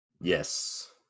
Yes